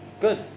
Good